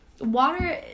water